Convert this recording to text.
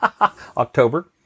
October